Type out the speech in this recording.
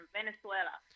venezuela